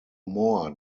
more